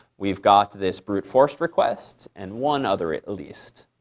we've got this brute force request, and one other at least.